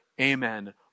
amen